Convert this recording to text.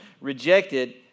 rejected